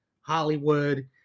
Hollywood